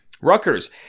Rutgers